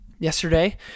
Yesterday